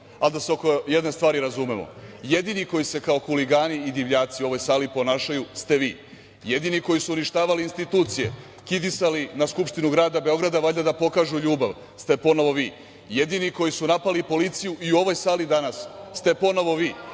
Ali da se oko jedne stvari razumemo, jedini koji se kao huligani i divljaci u ovoj sali ponašaju ste vi. Jedini koji su uništavali institucije, kidisali na Skupštinu grada Beograda, valjda da pokažu ljubav, ste ponovo vi. Jedini koji su napali policiju i u ovoj sali danas ste ponovo vi,